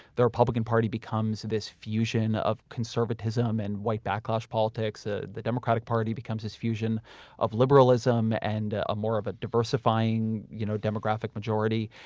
the republican party becomes this fusion of conservatism and white backlash politics. ah the democratic party becomes this fusion of liberalism and a more of a diversifying you know demographic majority.